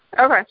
Okay